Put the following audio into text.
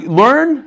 learn